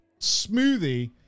smoothie